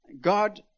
God